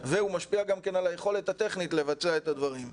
והוא משפיע גם כן על היכולת הטכנית לבצע את הדברים.